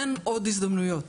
אין עוד הזדמנויות